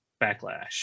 backlash